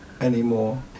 anymore